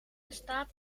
bestaat